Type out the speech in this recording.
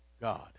God